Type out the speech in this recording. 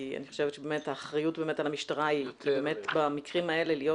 כי אני חושבת שבאמת האחריות על המשטרה במקרים האלה להיות